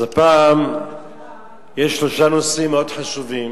אז הפעם יש שלושה נושאים מאוד חשובים.